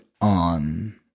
on